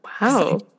Wow